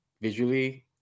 visually